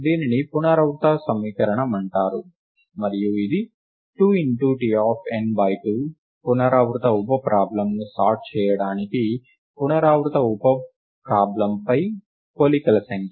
దీనిని పునరావృత సమీకరణం అంటారు మరియు ఇది 2Tn2 పునరావృత ఉప ప్రాబ్లమ్లను సార్ట్ చేయడానికి పునరావృత ఉప ప్రాబ్లమ్లపై పోలికల సంఖ్య